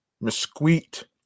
mesquite